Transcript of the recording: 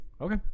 Okay